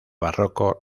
barroco